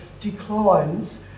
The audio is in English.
declines